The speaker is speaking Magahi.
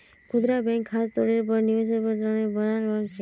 खुदरा बैंक ख़ास तौरेर पर निवेसेर तने बनाल बैंक छे